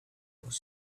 was